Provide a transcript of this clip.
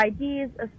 IDs